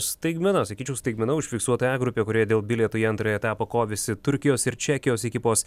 staigmena sakyčiau staigmena užfiksuota e grupėje kurioje dėl bilietų į antrąjį etapą kovėsi turkijos ir čekijos ekipos